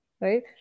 right